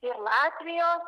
ir latvijos